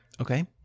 Okay